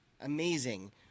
Amazing